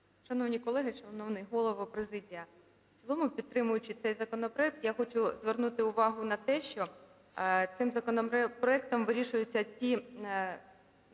Шановні колеги, шановний Голово, президія! В цілому підтримуючи цей законопроект, я хочу звернути увагу на те, що цим законопроектом вирішуються ті